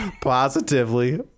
Positively